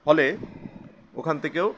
ফলে ওখান থেকেও